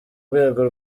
rwego